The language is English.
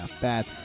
bad